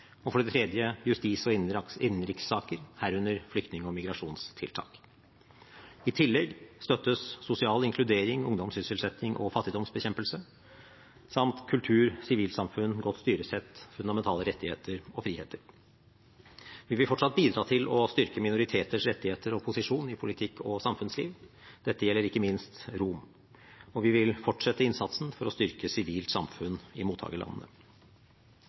justis- og innenrikssaker, herunder flyktning- og migrasjonstiltak I tillegg støttes sosial inkludering, ungdomssysselsetting og fattigdomsbekjempelse kultur, sivilt samfunn, godt styresett, fundamentale rettigheter og friheter Vi vil fortsatt bidra til å styrke minoriteters rettigheter og posisjon i politikk og samfunnsliv, dette gjelder ikke minst romer. Vi vil fortsette innsatsen for å styrke sivilt samfunn i